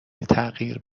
تغییر